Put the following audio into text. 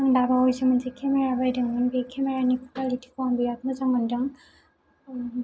आं बावैसो मोनसे केमेरा बायदोंमोन बे केमेरानि क्वालिटिखौ आं बिरात मोजां मोनदों